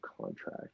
contract